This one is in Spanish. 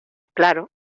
claro